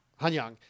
Hanyang